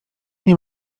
nie